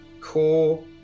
core